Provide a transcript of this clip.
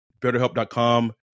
betterhelp.com